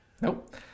Nope